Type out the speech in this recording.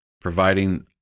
providing